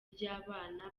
ry’abana